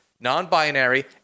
non-binary